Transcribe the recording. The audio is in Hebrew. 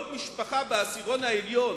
כל משפחה בעשירון העליון